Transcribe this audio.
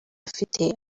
afite